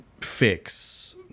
fix